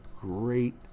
great